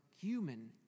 human